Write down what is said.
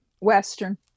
Western